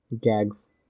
gags